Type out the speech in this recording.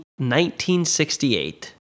1968